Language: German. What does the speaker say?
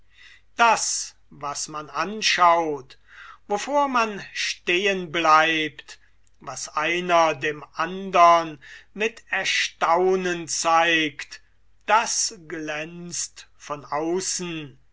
das was man anschaut wovor man stehen bleibt was einer dem andern mit erstaunen zeigt das glänzt von außen